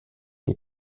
des